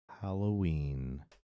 Halloween